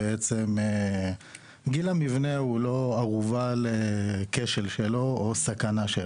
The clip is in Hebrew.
גיל המבנה הוא לא ערובה לכשל או סכנה.